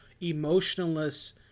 emotionless